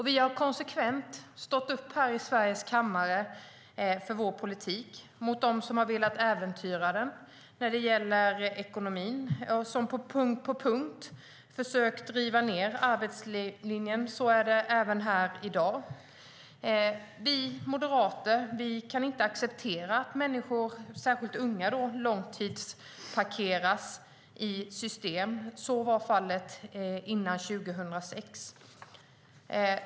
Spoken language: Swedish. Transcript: Vi har konsekvent här i Sveriges riksdag stått upp för vår politik mot dem som har velat äventyra den när det gäller ekonomin och som på punkt efter punkt har försökt riva ned arbetslinjen. Så är det även här i dag. Vi moderater kan inte acceptera att människor, särskilt unga, långtidsparkeras i system, vilket var fallet före 2006.